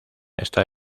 está